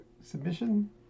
submission